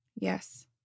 Yes